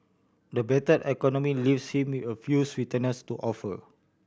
the battered economy leaves him a few sweeteners to offer